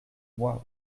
mois